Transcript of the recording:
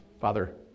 Father